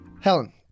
Helen